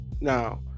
Now